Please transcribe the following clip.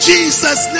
Jesus